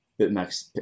Bitmax